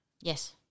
Yes